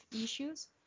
issues